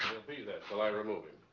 be there till i remove him.